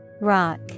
Rock